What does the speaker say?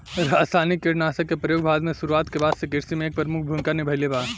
रासायनिक कीटनाशक के प्रयोग भारत में शुरुआत के बाद से कृषि में एक प्रमुख भूमिका निभाइले बा